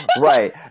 Right